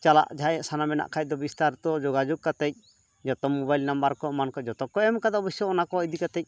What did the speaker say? ᱪᱟᱞᱟᱜ ᱡᱟᱦᱟᱸᱭᱼᱟᱜ ᱥᱟᱱᱟ ᱢᱮᱱᱟᱜ ᱠᱷᱟᱡᱫᱚ ᱵᱤᱥᱛᱟᱨᱤᱛᱚ ᱡᱳᱜᱟᱡᱳᱜᱽ ᱠᱟᱛᱮᱫ ᱡᱚᱛᱚ ᱢᱳᱵᱟᱭᱤᱞ ᱱᱟᱢᱵᱟᱨ ᱠᱚ ᱮᱢᱟᱱᱠᱚ ᱡᱚᱛᱚᱠᱚ ᱮᱢ ᱠᱟᱫᱟ ᱚᱵᱚᱥᱥᱚ ᱚᱱᱟᱠᱚ ᱤᱫᱤᱠᱟᱛᱮ